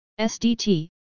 SDT